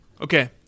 Okay